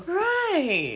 right